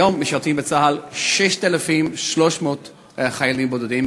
היום משרתים בצה"ל 6,300 חיילים בודדים,